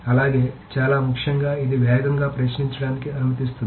అలాగే చాలా ముఖ్యంగా ఇది వేగంగా ప్రశ్నించడానికి అనుమతిస్తుంది